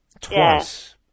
twice